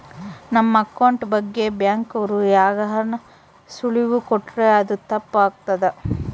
ನಮ್ ಅಕೌಂಟ್ ಬಗ್ಗೆ ಬ್ಯಾಂಕ್ ಅವ್ರು ಯಾರ್ಗಾನ ಸುಳಿವು ಕೊಟ್ರ ಅದು ತಪ್ ಆಗ್ತದ